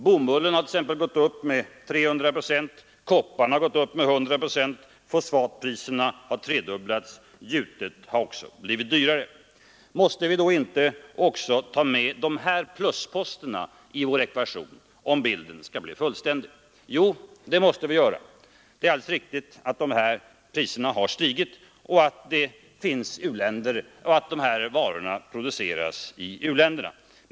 Bomullen har t.ex. gått upp med 300 procent, kopparn med 100 procent, fosfatpriserna har tredubblats, jute har också blivit dyrare. Måste vi inte ta med också dessa plusposter i vår ekvation, om bilden skall bli fullständig? Jo, det måste vi. Det är riktigt att priserna på dessa varor stigit och att dessa varor produceras i u-länderna.